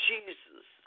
Jesus